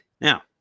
Now